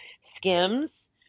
skims